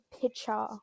picture